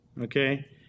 okay